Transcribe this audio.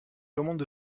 commandes